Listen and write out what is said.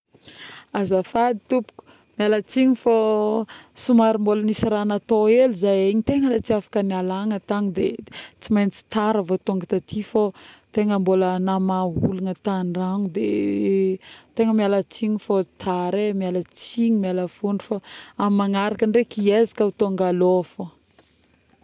azafady tompoko, mialatsigny fô somary mbôla nisy raha natao hely zahay tegna tsy afaka nialagna tagny de tsy maintsy tara vao tônga taty fô, tegna mbôla namaha olagna tandragno de ˂noise˃ tegna mialatsigny fô tara e, mialatsigny mialafôndro fa amin'ny magnaraka ndraiky iezaka ho tonga aloha fô